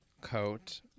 coat